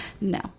No